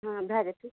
हँ भए जेतै